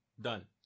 done